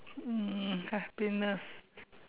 um happiness